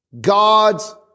God's